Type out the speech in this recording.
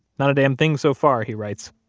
not a damn thing so far, he writes.